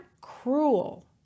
cruel